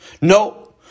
No